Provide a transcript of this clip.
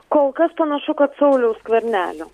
kol kas panašu kad sauliaus skvernelio